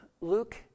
Luke